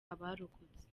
abarokotse